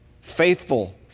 faithful